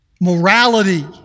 morality